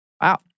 Wow